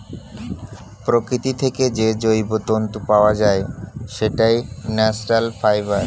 প্রকৃতি থেকে যে জৈব তন্তু পাওয়া যায়, সেটাই ন্যাচারাল ফাইবার